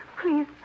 Please